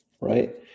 Right